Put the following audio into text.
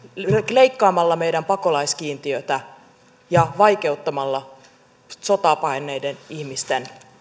leikkaamalla meidän pakolaiskiintiötä ja vaikeuttamalla sotaa paenneiden ihmisten